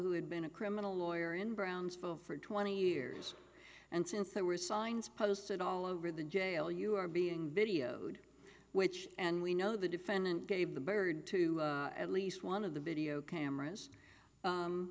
who had been a criminal lawyer in brownsville for twenty years and since there were signs posted all over the jail you are being videoed which and we know the defendant gave the bird to at least one of the video